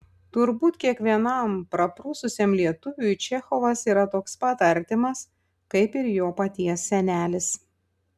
turbūt kiekvienam praprususiam lietuviui čechovas yra toks pat artimas kaip ir jo paties senelis